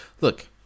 Look